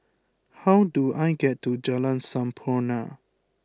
how do I get to Jalan Sampurna